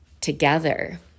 together